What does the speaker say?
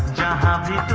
da da